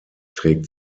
trägt